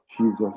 Jesus